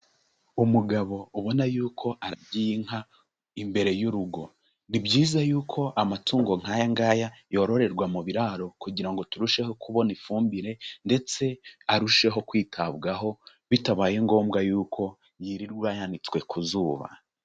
Umugabo ubona yuko aragiye inka imbere y'urugo. Ni byiza yuko amatungo nk'aya ngaya yororerwa mu biraro kugira ngo turusheho kubona ifumbire ndetse arusheho kwitabwaho bitabaye ngombwa yuko yirirwa yanitswe ku zuba.